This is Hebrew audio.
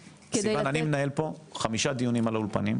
סיון, אני מנהל פה חמישה דיונים על האולפנים,